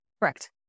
Correct